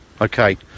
okay